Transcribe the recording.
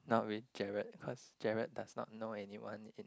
not with Gerald cause Gerald does not know anyone in